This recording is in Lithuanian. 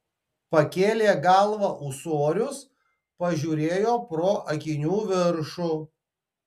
pakėlė galvą ūsorius pažiūrėjo pro akinių viršų